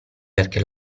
perché